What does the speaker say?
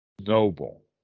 noble